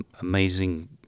amazing